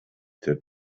that